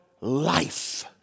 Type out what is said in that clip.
life